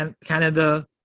Canada